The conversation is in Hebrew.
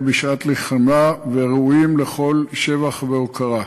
בשעת לחימה וראויים לכל שבח והוקרה.